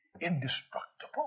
indestructible